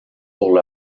pour